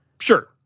Sure